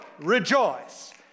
rejoice